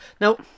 now